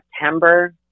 September